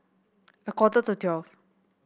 a quarter to twelve